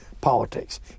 politics